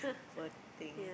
poor thing